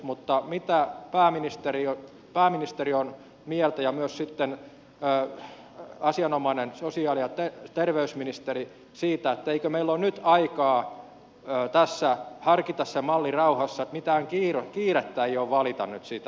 mutta mitä pääministeri ja myös asianomainen sosiaali ja terveysministeri ovat mieltä siitä että eikö meillä ole nyt aikaa harkita sitä mallia rauhassa että mitään kiirettä ei ole valita nyt sitä